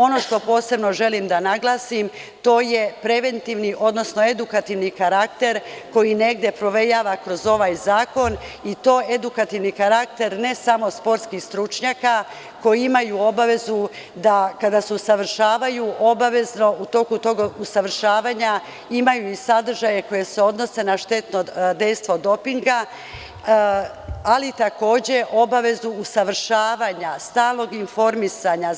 Ono što posebno želim da naglasim, to je preventivni, odnosno edukativni karakter, koji negde provejava kroz ovaj zakon i to edukativni karakter ne samo sportskih stručnjaka koji imaju obavezu da kada se usavršavaju, obavezno u toku tog usavršavanja imaju i sadržaje koji se odnose na štetno dejstvo dopinga, ali takođe, obavezu usavršavanja, stalnog informisanja,